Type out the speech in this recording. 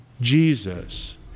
Jesus